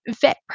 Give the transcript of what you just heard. vet